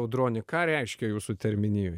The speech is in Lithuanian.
audronį ką reiškia jūsų terminijoj